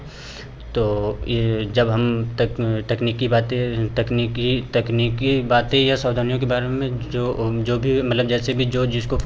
तो यह जब हम तक तकनीकी बातें हैं तकनीकी तकनीकी बातें या सवधानियों के बारे में जो हो जो भी मतलब जैसे भी जो जिसको